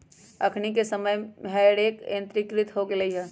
अखनि के समय में हे रेक यंत्रीकृत हो गेल हइ